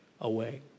away